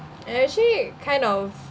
and actually kind of